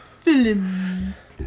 Films